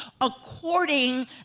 according